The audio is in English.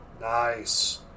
Nice